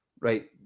Right